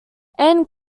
anne